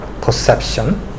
perception